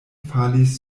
falis